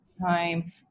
time